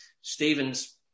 Stephen's